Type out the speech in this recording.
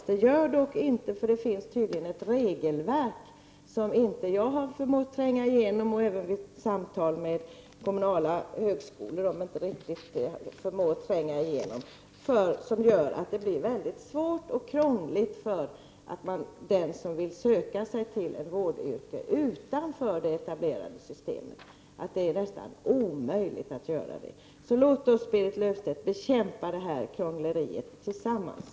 Men det gör det inte, eftersom det tydligen finns ett regelverk som jag inte har förmått tränga igenom vid samtal med kommunala högskolor. Det gör det mycket svårt och krångligt för dem som vill söka sig till ett vårdyrke utanför det etablerade systemet, och det är nästan omöjligt att göra det. Låt oss, Berit Löfstedt, bekämpa detta krångel tillsammans!